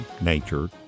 nature